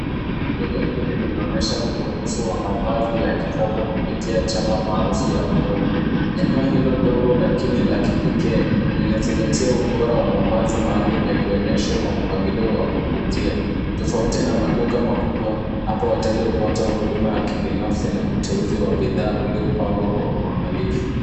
Duka hili linaonyesha ubunifu wa mavazi ya kisasa kupitia chapa maarufu ya polo. Eneo hilo ndogo lakini la kipekee linazingitia ubora wa mavazi maalum yakionyeshwa kwa mpangilio wa kuvutia. Tofauti na maduka makubwa hapo wateja hupata huduma ya binafsi na uteuzi wa bidhaa uliopangwa kwa uangalifu.